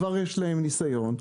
כבר יש להם ניסיון,